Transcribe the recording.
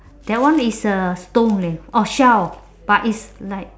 that one is uh stone leh oh shell but it's like